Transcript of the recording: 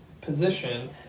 position